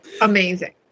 Amazing